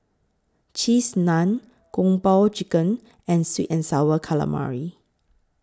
Cheese Naan Kung Po Chicken and Sweet and Sour Calamari